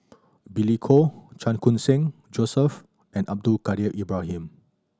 Billy Koh Chan Khun Sing Joseph and Abdul Kadir Ibrahim